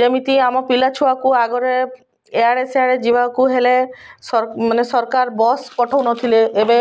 ଯେମିତି ଆମ ପିଲାଛୁଆକୁ ଆଗରେ ଏଆଡ଼େ ସିଆଡ଼େ ଯିବାକୁ ହେଲେ ସର୍ ମାନେ ସରକାର ବସ୍ ପଠଉନଥିଲେ ଏବେ